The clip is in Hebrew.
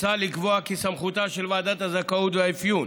מוצע לקבוע כי סמכותה של ועדת הזכאות והאפיון